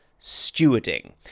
stewarding